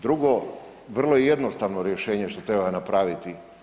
Drugo, vrlo jednostavno rješenje što treba napraviti.